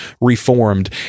reformed